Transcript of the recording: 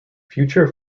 future